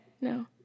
No